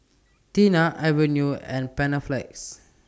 Tena Avene and Panaflex